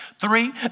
Three